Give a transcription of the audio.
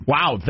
Wow